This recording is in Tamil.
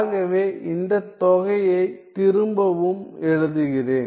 ஆகவே இந்த தொகையைத் திரும்பவும் எழுதுகிறேன்